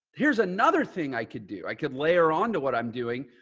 here's another thing i could do. i could layer onto what i'm doing.